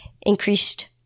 increased